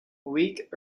week